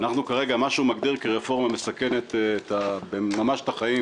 מה שהוא מגדיר כרפורמה מסכן ממש את החיים